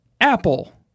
Apple